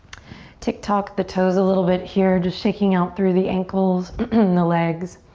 tick-tock the toes a little bit here. just shaking out through the ankles, and the legs.